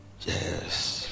Yes